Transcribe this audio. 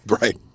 Right